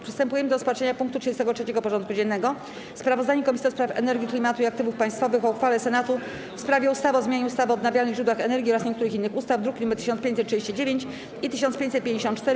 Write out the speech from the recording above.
Przystępujemy do rozpatrzenia punktu 33. porządku dziennego: Sprawozdanie Komisji do Spraw Energii, Klimatu i Aktywów Państwowych o uchwale Senatu w sprawie ustawy o zmianie ustawy o odnawialnych źródłach energii oraz niektórych innych ustaw (druki nr 1539 i 1554)